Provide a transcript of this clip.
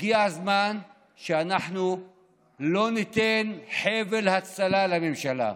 הגיע הזמן שאנחנו לא ניתן חבל הצלה לממשלה.